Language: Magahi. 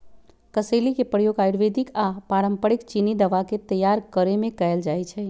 कसेली के प्रयोग आयुर्वेदिक आऽ पारंपरिक चीनी दवा के तइयार करेमे कएल जाइ छइ